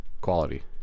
Quality